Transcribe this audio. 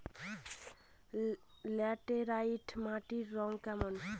Laterite মাটির রং কেমন?